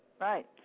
Right